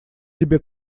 тебе